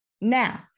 Now